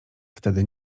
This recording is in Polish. wtedy